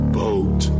boat